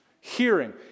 hearing